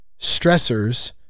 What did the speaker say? stressors